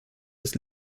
des